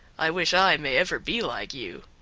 i wish i may ever be like you.